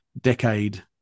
decade